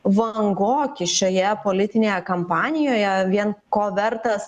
vangoki šioje politinėje kampanijoje vien ko vertas